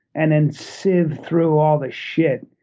and then sieve through all the shit.